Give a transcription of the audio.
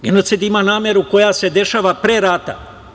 Genocid ima nameru koja se dešava pre rata.